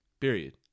Period